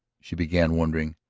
she began, wondering.